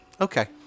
okay